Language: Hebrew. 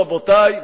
רבותי,